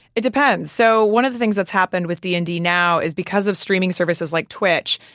it depends. so one of the things that's happened with d and d now is because of streaming services like twitch,